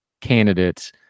candidates